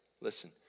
listen